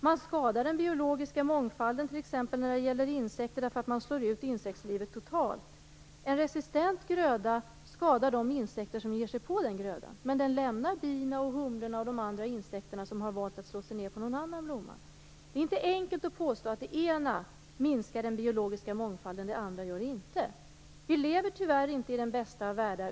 Man skadar den biologiska mångfalden när det gäller t.ex. insekter, därför att man slår ut insektslivet totalt. En resistent gröda skadar de insekter som ger sig på den grödan. Men den lämnar bina, humlorna och de andra insekterna som har valt att slå sig ned på en annan blomma. Det är inte enkelt att påstå att det ena minskar den biologiska mångfalden och det andra gör det inte. Vi lever tyvärr inte i den bästa av världar.